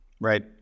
Right